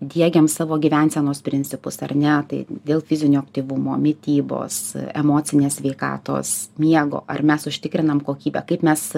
diegiam savo gyvensenos principus ar ne tai dėl fizinio aktyvumo mitybos emocinės sveikatos miego ar mes užtikrinam kokybę kaip mes